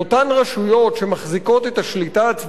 שמחזיקות את השליטה הצבאית בשטחים,